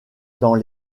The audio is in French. dans